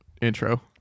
intro